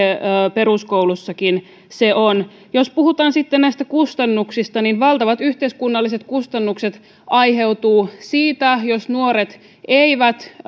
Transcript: peruskoulussakin se on jos puhutaan sitten näistä kustannuksista niin valtavat yhteiskunnalliset kustannukset aiheutuvat siitä jos nuoret eivät